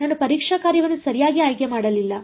ನಾನು ಪರೀಕ್ಷಾ ಕಾರ್ಯವನ್ನು ಸರಿಯಾಗಿ ಆಯ್ಕೆ ಮಾಡಿಲ್ಲ